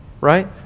right